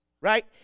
right